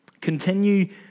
Continue